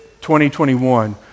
2021